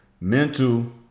mental